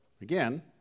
Again